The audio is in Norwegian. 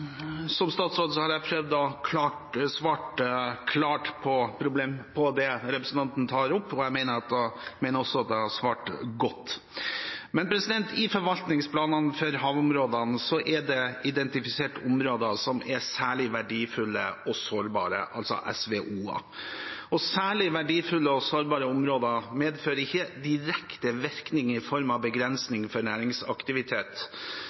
Som statsråd har jeg prøvd å svare klart på det representanten tar opp, og jeg mener også at jeg har svart godt. I forvaltningsplanene for havområdene er det identifisert områder som er særlig verdifulle og sårbare, altså SVO-er, og særlig verdifulle. Sårbare områder medfører ikke direkte virkning i form av